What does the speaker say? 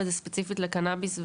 וזה ספציפית לקנביס.